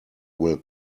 will